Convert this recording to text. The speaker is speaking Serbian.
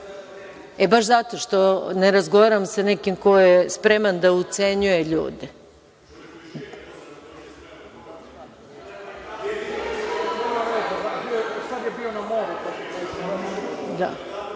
baš zato što ne razgovaram sa nekim ko je spreman da ucenjuje ljude.(Boško